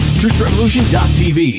TruthRevolution.tv